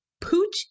Pooch